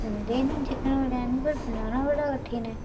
अस खंदे निं चिकन बरयानी पर बनाना बड़ा कठिन ऐ